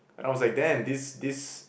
and I was like damn this this